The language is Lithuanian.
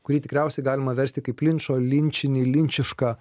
kurį tikriausiai galima versti kaip linčo linčinį linčišką